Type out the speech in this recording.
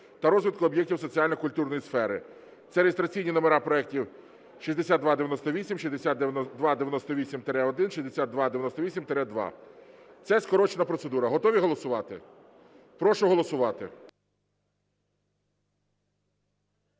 та розвитку об'єктів соціально-культурної сфери) (це реєстраційні номера проектів 6298, 6298-1, 6298-2). Це скорочена процедура. Готові голосувати? Прошу голосувати.